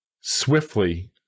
swiftly